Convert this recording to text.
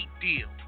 deal